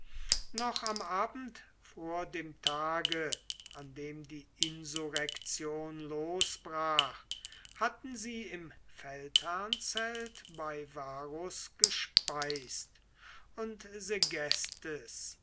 noch am abend vor dem tage an dem die insurrektion losbrach hatten sie im feldherrnzelt bei varus gespeist und segestes